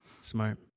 Smart